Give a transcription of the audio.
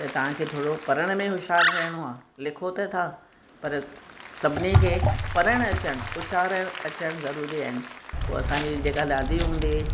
त तव्हांखे थोरो पढ़ण में हुशियार थियणो आहे लिखो त था पर सभिनी खे पढ़ण अचनि उचार ए अचनि ज़रुरी आहिनि पोइ असांखे जेका दादी हूंदी हुई